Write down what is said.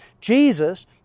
Jesus